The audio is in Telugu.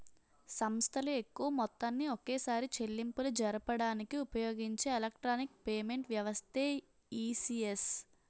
సంస్థలు ఎక్కువ మొత్తాన్ని ఒకేసారి చెల్లింపులు జరపడానికి ఉపయోగించే ఎలక్ట్రానిక్ పేమెంట్ వ్యవస్థే ఈ.సి.ఎస్